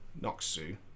Noxu